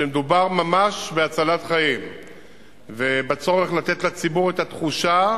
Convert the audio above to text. כשמדובר ממש בהצלת חיים ובצורך לתת לציבור את התחושה,